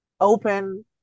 open